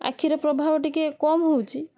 ଆଖିରେ ପ୍ରଭାବ ଟିକେ କମ୍ ହେଉଛି